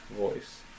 voice